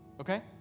okay